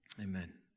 Amen